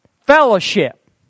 Fellowship